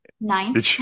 nine